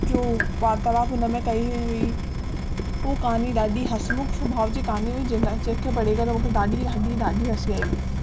जो वार्तालाप हुन में कई हुई हूअ कहानी ॾाढी हसमुख सुभाउ जी कहानी हुई जंहिं लाइ जेके पढ़ी करे मूंखे ॾाढी हड्डी ॾाढी हसी आई हुई